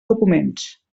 documents